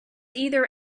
either